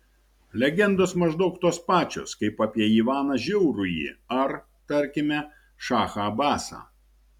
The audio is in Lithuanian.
legendos maždaug tos pačios kaip apie ivaną žiaurųjį ar tarkime šachą abasą